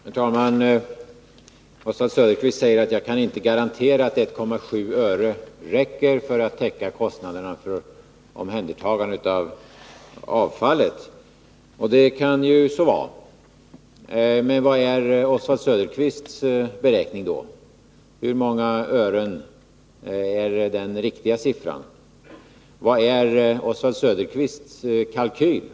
Herr talman! Oswald Söderqvist säger att jag inte kan garantera att 1,7 öre räcker för att täcka kostnaderna för omhändertagande av avfallet. Det kan ju så vara. Men hur ser Oswald Söderqvists beräkning ut? Hur många ören är den riktiga siffran? Hur ser Oswald Söderqvists kalkyl ut?